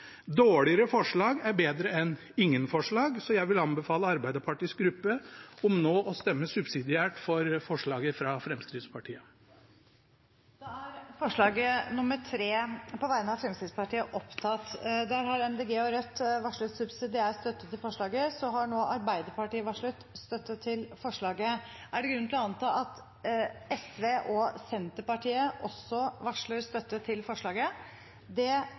dårligere forslag er bedre enn ingen forslag, så jeg vil anbefale Arbeiderpartiets gruppe om nå å stemme subsidiært for forslaget fra Fremskrittspartiet. Da har Arbeiderpartiet varslet subsidiær støtte til forslaget. Er det grunn til å anta at Sosialistisk Venstreparti og Senterpartiet også varsler støtte til forslaget? – Det ser slik ut. Arbeiderpartiet,